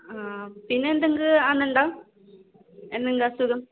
പിന്നെ എന്തെങ്ക് ആകുന്നുണ്ടാ എന്തെങ്കിലും അസുഖം